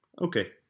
Okay